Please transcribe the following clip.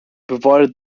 provided